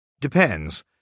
Depends